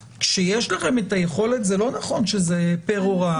כשיש לכם את היכולת לא נכון שזה פר הוראה.